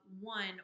one